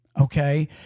okay